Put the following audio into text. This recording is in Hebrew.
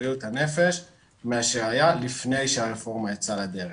בבריאות הנפש ממה שהיה לפני שהרפורמה יצאה לדרך.